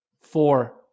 four